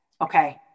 okay